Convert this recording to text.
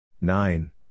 nine